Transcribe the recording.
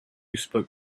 spoke